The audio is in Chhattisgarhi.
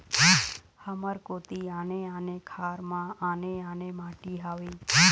हमर कोती आने आने खार म आने आने माटी हावे?